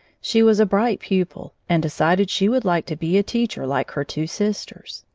she was a bright pupil and decided she would like to be a teacher like her two sisters.